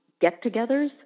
get-togethers